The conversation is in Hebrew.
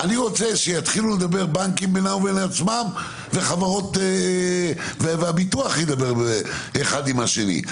אני רוצה שיתחילו לדבר בנקים בינם לבין עצמם והביטוח ידבר האחד עם השני.